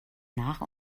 nach